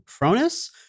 Cronus